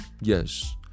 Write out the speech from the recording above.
yes